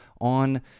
on